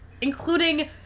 including